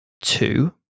two